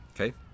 Okay